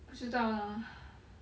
不知道啦